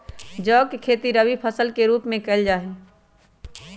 जौ के खेती रवि फसल के रूप में कइल जा हई